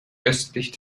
östlich